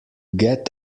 get